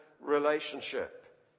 relationship